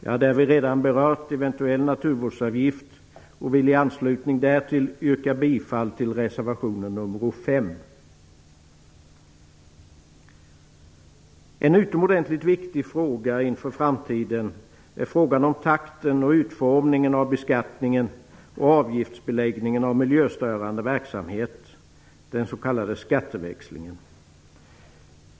Jag har därvid redan berört en eventuell naturvårdsavgift och vill i anslutning därtill yrka bifall till reservation nr 5. En utomordentligt viktig fråga inför framtiden är frågan om takten och utformningen av beskattningen och avgiftsbeläggningen av miljöstörande verksamhet - den s.k. skatteväxlingen.